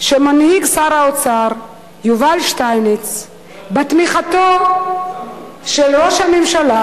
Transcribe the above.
שמנהיג שר האוצר יובל שטייניץ בתמיכתו של ראש הממשלה,